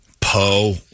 Poe